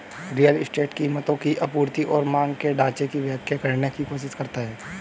real estate कीमतों की आपूर्ति और मांग के ढाँचा की व्याख्या करने की कोशिश करता है